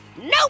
Nope